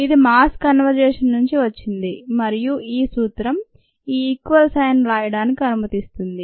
ఇది mass conservation నుండి వచ్చింది మరియు ఈ సూత్రం ఈ ఈక్వల్ సైన్ వ్రాయడానికి అనుమతిస్తుంది